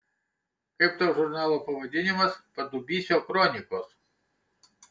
kaip tau žurnalo pavadinimas padubysio kronikos